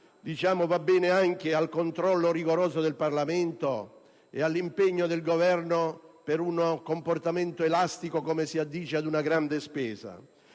poi favorevoli anche al controllo rigoroso da parte del Parlamento e all'impegno del Governo per un comportamento elastico, come si addice ad una grande spesa,